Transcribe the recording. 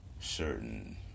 certain